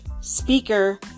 speaker